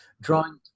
drawing